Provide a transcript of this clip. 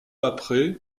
après